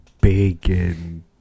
Bacon